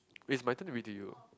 is my turn to be with you